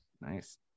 Nice